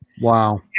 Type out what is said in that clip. Wow